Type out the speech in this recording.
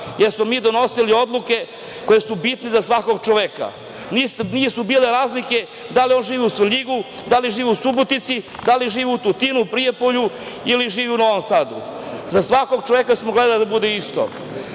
smo mi donosili odluke koje su bitne za svakog čoveka. Nisu bile razlike da li on živi u Svrljigu, da li živi u Subotici, da li živi u Tutinu, Prijepolju ili živi u Novom Sadu. Za svakog čoveka smo gledali da bude